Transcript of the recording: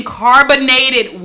carbonated